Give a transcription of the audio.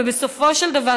ובסופו של דבר,